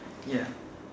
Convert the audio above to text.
ya